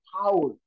power